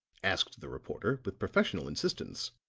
asked the reporter with professional insistence.